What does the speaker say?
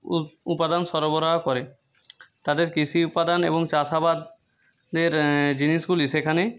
উপাদান সরবরাহ করে তাদের কৃষি উপাদান এবং চাষাবাদের জিনিসগুলি সেখানে